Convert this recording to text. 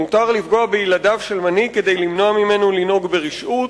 מותר לפגוע בילדיו של מנהיג כדי למנוע ממנו לנהוג ברשעות,